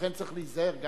לכן צריך להיזהר גם,